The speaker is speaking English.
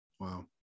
Wow